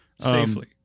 safely